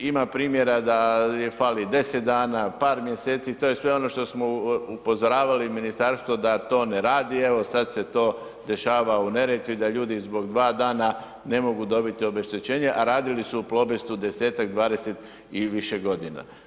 Ima primjera da fali 10 dana, par mjeseci, to je sve ono što smo upozoravali ministarstvo da to ne radi, evo sad se to dešava u Neretvi da ljudi zbog 2 dana ne mogu dobiti obeštećenje, a radili su u Plobestu 10-tak, 20 i više godina.